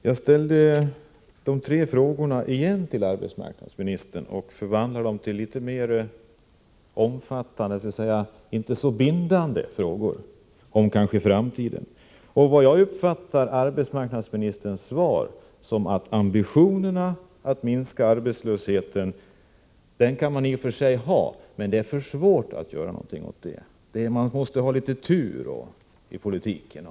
Fru talman! Jag ställer återigen mina tre frågor till arbetsmarknadsministern, men förvandlar dem till litet mer allmänna eller inte så bindande frågor inför framtiden. Jag uppfattar arbetsmarknadsministerns svar så att man i och för sig kan ha ambitioner att minska arbetslösheten, men att det är för svårt att göra något åt den. Man måste också ha litet tur i politiken.